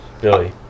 Billy